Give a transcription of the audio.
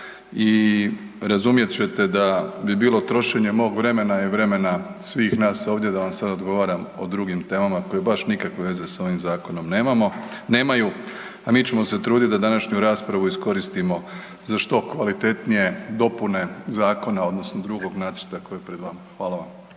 i razumjet ćete da bi bilo trošenje mog vremena i vremena svih nas ovdje da vam sada odgovaram o drugim temama koje baš nikakve veze s ovim zakonom nemaju. A mi ćemo se truditi da današnju raspravu iskoristimo za što kvalitetnije dopune zakona odnosno drugog nacrta koji je pred vama. Hvala vam.